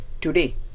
Today